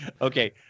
okay